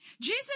Jesus